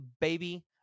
baby